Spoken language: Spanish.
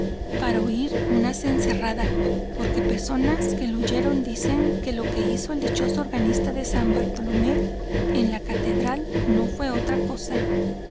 para oir una cencerrada porque personas que lo oyeron dicen que lo que hizo el dichoso organista de san bartolomé en la catedral no fué otra cosa